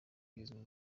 bizwi